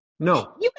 No